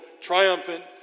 triumphant